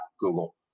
Google